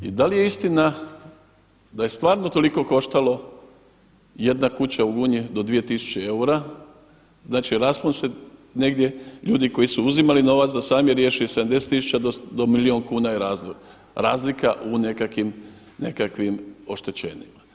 I da li je istina da je stvarno toliko koštalo jedna kuća u Gunji do dvije tisuće eura, da će raspon se negdje ljudi koji su uzimali novac da sami riješe i 70 tisuća do milijun je kuna razlika u nekakvim oštećenjima?